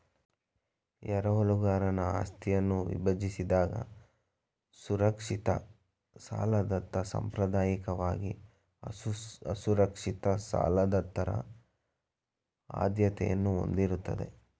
ಎರವಲುಗಾರನ ಆಸ್ತಿಯನ್ನ ವಿಭಜಿಸಿದಾಗ ಸುರಕ್ಷಿತ ಸಾಲದಾತ ಸಾಂಪ್ರದಾಯಿಕವಾಗಿ ಅಸುರಕ್ಷಿತ ಸಾಲದಾತರ ಆದ್ಯತೆಯನ್ನ ಹೊಂದಿರುತ್ತಾರೆ